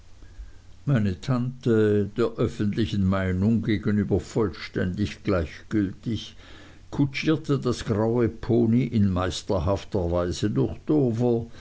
meine tante der öffentlichen meinung gegenüber vollständig gleichgültig kutschierte das graue pony in meisterhafter weise durch dover